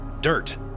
Dirt